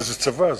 וזה צבא,